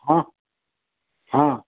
हां हां